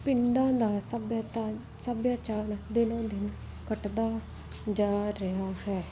ਪਿੰਡਾਂ ਦਾ ਸਭਿਅਤਾ ਸੱਭਿਆਚਾਰ ਦਿਨੋ ਦਿਨ ਘੱਟਦਾ ਜਾ ਰਿਹਾ ਹੈ